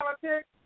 politics